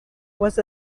was